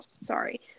Sorry